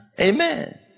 amen